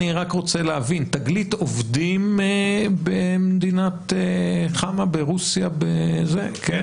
עובדים במדינת חמ"ע ברוסיה, ג'וש?